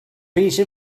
piece